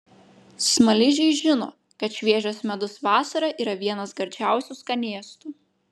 smaližiai žino kad šviežias medus vasarą yra vienas gardžiausių skanėstų